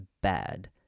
bad